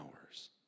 hours